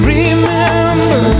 remember